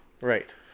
Right